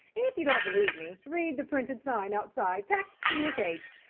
if you don't believe me, read the printed sign outside tacked to your cage,